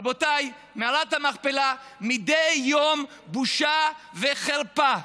רבותיי, מערת המכפלה, מדי יום בושה וחרפה.